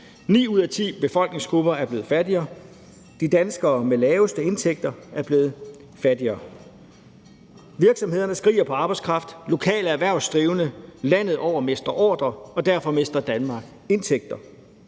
Ni ud af ti befolkningsgrupper er blevet fattigere, danskerne med de laveste indtægter er blevet fattigere. Virksomhederne skriger på arbejdskraft, lokale erhvervsdrivende landet over mister ordrer, og derfor mister Danmark indtægter.